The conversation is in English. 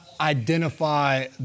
identify